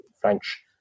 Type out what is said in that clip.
French